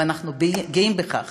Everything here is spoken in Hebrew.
ואנחנו גאים בכך,